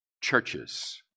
churches